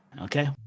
Okay